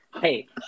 Hey